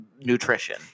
nutrition